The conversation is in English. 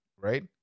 right